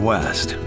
West